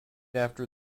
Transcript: after